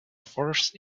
force